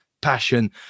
passion